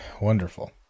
Wonderful